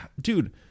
dude